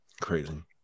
Crazy